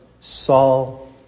Saul